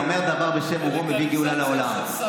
לא בגלל המסעדה הלא-כשרה.